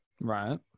Right